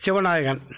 Sivanayagan